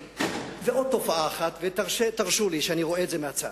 ועוד תופעה אחת, ותרשו לי שאני רואה את זה מהצד.